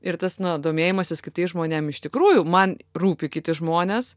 ir tas domėjimasis kitais žmonėm iš tikrųjų man rūpi kiti žmonės